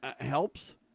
helps